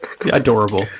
adorable